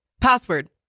password